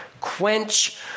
quench